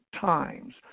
times